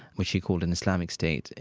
which he called an islamic state,